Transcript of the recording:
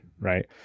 Right